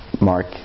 Mark